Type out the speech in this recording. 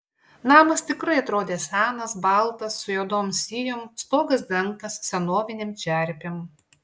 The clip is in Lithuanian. namas tikrai atrodė senas baltas su juodom sijom stogas dengtas senovinėm čerpėm